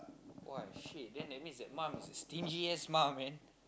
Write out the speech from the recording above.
!wah! shit then that means that mum is a stingy ass mum man